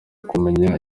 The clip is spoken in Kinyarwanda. kumenya